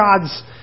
God's